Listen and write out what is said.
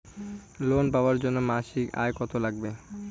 Loan পাবার জন্যে মাসিক আয় কতো লাগবে?